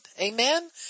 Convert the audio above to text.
Amen